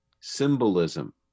symbolism